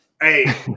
Hey